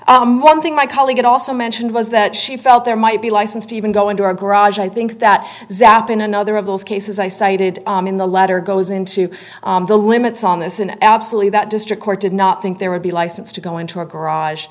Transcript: one thing my colleague it also mentioned was that she felt there might be license to even go into our garage i think that zap in another of those cases i cited in the letter goes into the limits on this in absolutely that district court did not think there would be a license to go into a garage